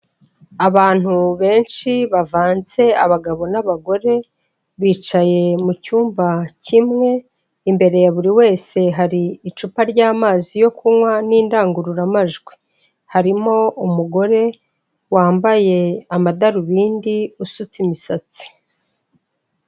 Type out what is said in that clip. Abantu benshi bavanze abagabo n'abagore bicaye mu cyumba kimwe imbere ya buri wese hari icupa ry'amazi yo kunywa n'indangururamajwi, harimo umugore wambaye amadarubindi usutse imisatsi.